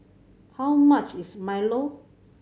how much is milo